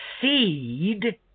seed